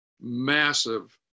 massive